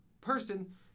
person